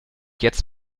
jetzt